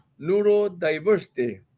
neurodiversity